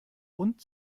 und